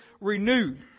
renewed